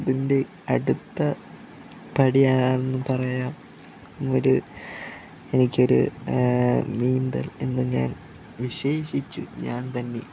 അതിൻ്റെ അടുത്ത പടിയാണെന്നും പറയാം ഒരു എനിക്കൊരു നീന്തൽ എന്ന് ഞാൻ വിശേഷിച്ചു ഞാൻ തന്നെ